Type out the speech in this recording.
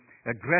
aggressive